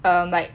err like